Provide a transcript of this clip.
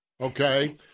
Okay